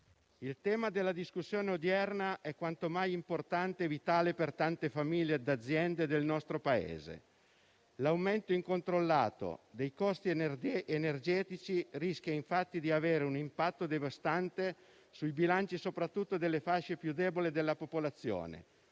il tema della discussione odierna è quanto mai importante e vitale per tante famiglie ed aziende del nostro Paese. L'aumento incontrollato dei costi energetici rischia, infatti, di avere un impatto devastante sui bilanci, soprattutto delle fasce più deboli della popolazione,